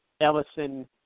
Ellison